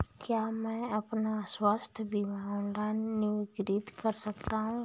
क्या मैं अपना स्वास्थ्य बीमा ऑनलाइन नवीनीकृत कर सकता हूँ?